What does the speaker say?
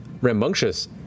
rambunctious